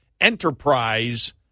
enterprise